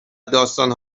داستان